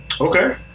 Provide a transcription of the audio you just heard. Okay